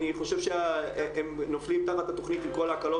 אני חושב שהם נופלים תחת התכנית עם כל ההקלות